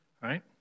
Right